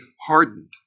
hardened